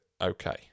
okay